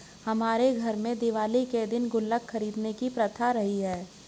हमारे घर में दिवाली के दिन गुल्लक खरीदने की प्रथा रही है